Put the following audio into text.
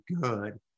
good